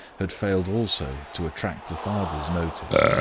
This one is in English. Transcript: had failed also to attract the father's notice.